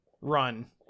run